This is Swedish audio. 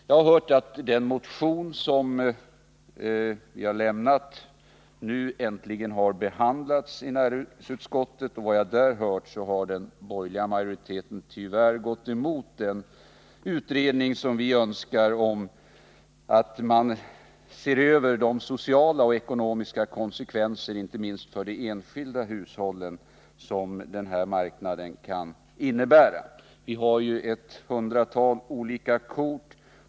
Jag har hört att den motion som jag har avgivit nu äntligen har behandlats i näringsutskottet. Enligt vad jag hört har den borgerliga majoriteten där tyvärr gått emot tillsättandet av den utredning som vi önskar för en översyn av de sociala och ekonomiska konsekvenser, inte minst för de enskilda hushållen, som denna marknad kan innebära. Det finns nu ett hundratal olika kort.